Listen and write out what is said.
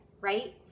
right